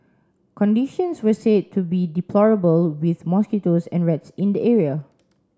conditions were said to be deplorable with mosquitoes and rats in the area